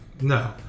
No